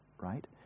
right